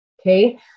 Okay